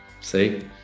See